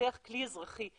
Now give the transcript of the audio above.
להתפתח כלי אזרחי,